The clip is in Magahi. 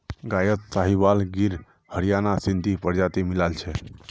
गायत साहीवाल गिर हरियाणा सिंधी प्रजाति मिला छ